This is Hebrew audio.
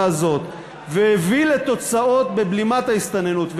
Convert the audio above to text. הזאת והביא לתוצאות בבלימת ההסתננות,